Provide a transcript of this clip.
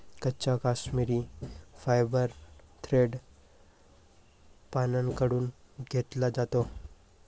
कच्चा काश्मिरी फायबर थेट प्राण्यांकडून घेतला जातो